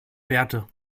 werte